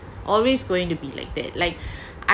always going to be like that like